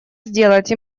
сделать